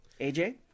AJ